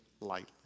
lightly